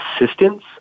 assistance